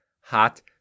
hot